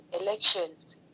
elections